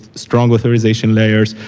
strong authorization layers,